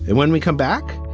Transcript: and when we come back,